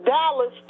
Dallas